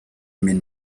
mean